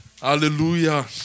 hallelujah